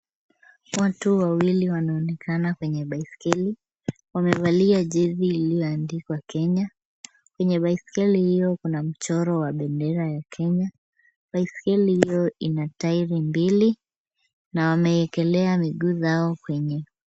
Watu wawili wanaonekana kwenye baiskeli. Wamevalia jezi lililoandikwa Kenya. Kwenye baiskeli hiyo kuna mchoro wa bendera ya Kenya. Baiskeli hiyo ina tairi mbili na wameekelea miguu zao kwenyewe.